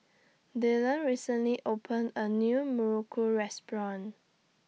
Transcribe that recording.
Dylan recently opened A New Muruku Restaurant